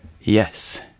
Yes